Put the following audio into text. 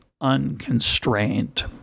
unconstrained